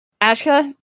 Ashka